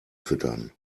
füttern